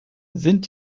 sind